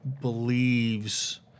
believes –